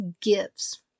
gives